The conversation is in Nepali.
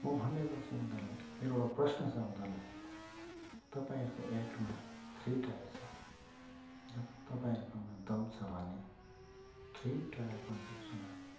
म भन्ने गर्छु उनीहरूलाई मेरोबाट प्रश्न छ उनीहरूलाई तपाईँहरूको एक्टमा थ्री टायर छ र तपाईँहरूकोमा दम छ भने थ्री टायर पञ्चायत चुनाव